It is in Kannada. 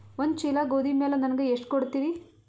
ಒಂದ ಚೀಲ ಗೋಧಿ ಮ್ಯಾಲ ನನಗ ಎಷ್ಟ ಕೊಡತೀರಿ?